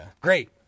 Great